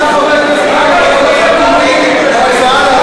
חמישה חברי כנסת תומכים בזה.